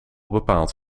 bepaald